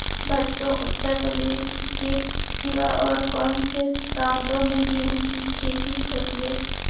बच्चों उत्तर प्रदेश के सिवा और कौन से प्रांतों में गेहूं की खेती होती है?